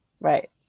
Right